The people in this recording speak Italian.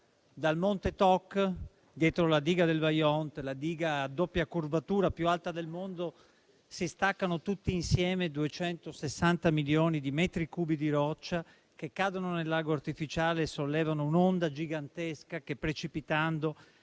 Dal monte Toc, dietro la diga del Vajont, diga a doppia curvatura, la più alta del mondo, si staccano tutti insieme 260 milioni di metri cubi di roccia che cadono nel lago artificiale e sollevano un'onda gigantesca che, precipitando